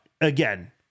again